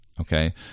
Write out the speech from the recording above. Okay